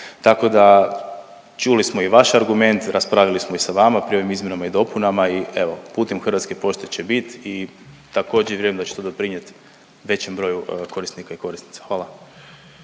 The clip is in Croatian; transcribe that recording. Tako da čuli smo i vaš argument, raspravili smo i sa vama pri ovim izmjenama i dopunama i evo putem Hrvatske pošte će biti i također vjerujem da će to doprinijeti većem broju korisnika i korisnica. Hvala.